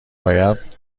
باید